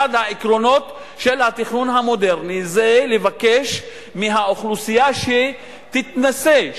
אחד העקרונות של התכנון המודרני זה לבקש מהאוכלוסייה שתתנסה,